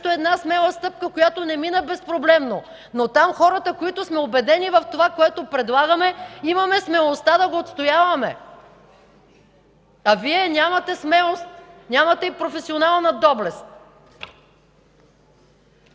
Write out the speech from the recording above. една смела стъпка, която не мина безпроблемно, но там хората, които сме убедени в това, което предлагаме, имаме смелостта да го отстояваме, а Вие нямате смелост, нямате и професионална доблест.